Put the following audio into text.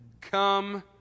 Come